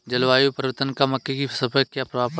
जलवायु परिवर्तन का मक्के की फसल पर क्या प्रभाव होगा?